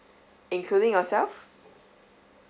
including yourself